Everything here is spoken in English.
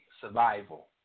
survival